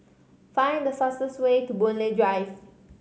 find the fastest way to Boon Lay Drive